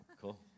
Cool